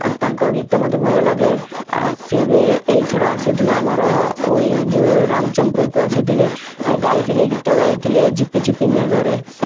ତାଙ୍କ ଗୀତ ମତେ ଭଲ ଲାଗେ ଆ ସେ ବି ଏଇ ଥର ଆସିଥିଲେ ଆମର ଓ ଇ ଯୋ ରାମଚମପୁରକୁ ଆସିଥିଲେ ଗାଇ ଥିଲେ ଗୀତ ଗାଇ ଥିଲେ ଝିପିଝିପି ମେଘରେ